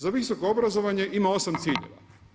Za visoko obrazovanje ima 8 ciljeva.